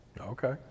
Okay